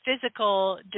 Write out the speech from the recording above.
physical